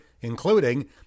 including